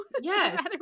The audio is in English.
yes